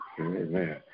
Amen